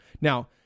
Now